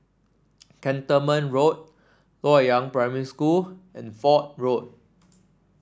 Cantonment Road Loyang Primary School and Fort Road